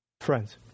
Friends